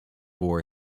war